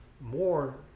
more